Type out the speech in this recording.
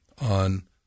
on